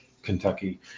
Kentucky